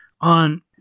On